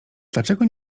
dlaczego